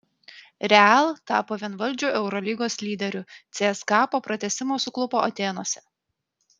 real tapo vienvaldžiu eurolygos lyderiu cska po pratęsimo suklupo atėnuose